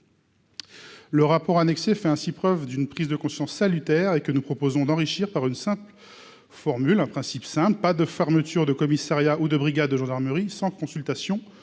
Le rapport annexé fait ainsi preuve d'une prise de conscience salutaire et que nous proposons d'enrichir par une simple formule un principe simple : pas de fermeture de commissariat ou de brigades de gendarmerie sans consultation